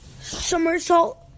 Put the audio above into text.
somersault